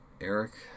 Eric